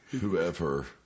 whoever